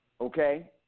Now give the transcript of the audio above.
Okay